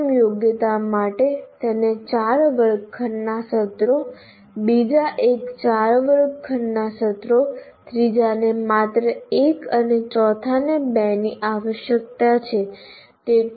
પ્રથમ યોગ્યતા માટે તેને 4 વર્ગખંડના સત્રો બીજા એક 4 વર્ગખંડના સત્રો ત્રીજાને માત્ર એક અને ચોથાને 2 ની આવશ્યકતા છે